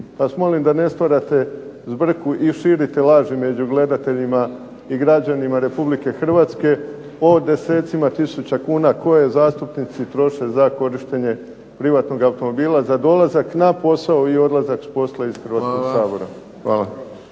Pa vas molim da ne stvarate zbrku i širite laže među gledateljima i građanima Republike Hrvatske o desecima tisuća ljudi koje zastupnici troše za korištenje privatnog automobila, za dolazak na posao i odlazak s posla iz Hrvatskog sabora. Hvala.